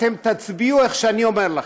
אתם תצביעו איך שאני אומר לכם.